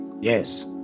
Yes